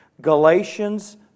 Galatians